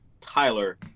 Tyler